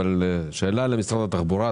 אבל יש לי שאלה למשרד התחבורה,